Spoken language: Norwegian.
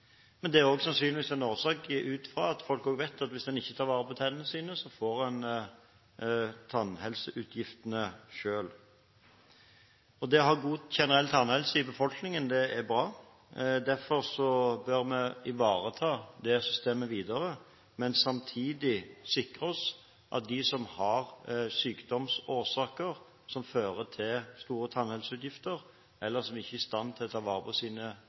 Men det er også sannsynligvis fordi folk vet at hvis en ikke tar vare på tennene sine, så får en tannhelseutgiftene selv. Det å ha god generell tannhelse i befolkningen er bra. Derfor bør vi ivareta det systemet videre, men samtidig sikre oss at de som har sykdomsårsaker som fører til store tannhelseutgifter eller ikke er i stand til å ta vare på sine